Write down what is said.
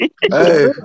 Hey